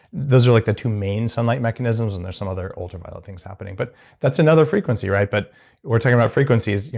those are like the two main sunlight mechanisms. and there's some other ultraviolet things happening, but that's another frequency. when but we're talking about frequencies,